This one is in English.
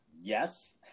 Yes